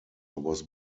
was